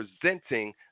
presenting